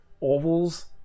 ovals